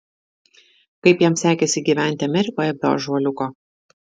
kaip jam sekėsi gyventi amerikoje be ąžuoliuko